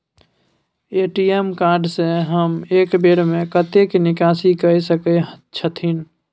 ATM card से हम एक बेर में कतेक निकासी कय सके छथिन?